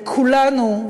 כולנו,